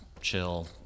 chill